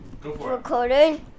Recording